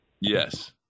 Yes